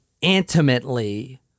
intimately